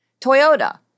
Toyota